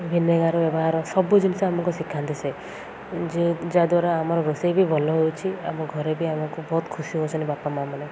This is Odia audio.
ଭିନେଗାର୍ ବ୍ୟବହାର ସବୁ ଜିନିଷ ଆମକୁ ଶିଖାନ୍ତି ସେ ଯେ ଯାହାଦ୍ୱାରା ଆମର ରୋଷେଇ ବି ଭଲ ହେଉଛି ଆମ ଘରେ ବି ଆମକୁ ବହୁତ ଖୁସି ହେଉଛନ୍ତି ବାପା ମାଆ ମାନେ